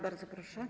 Bardzo proszę.